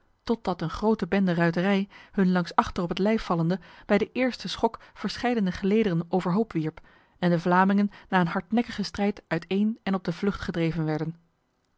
totdat een grote bende ruiterij hun langs achter op het lijf vallende bij de eerste schok verscheidene gelederen overhoop wierp en de vlamingen na een hardnekkige strijd uiteen en op de vlucht gedreven werden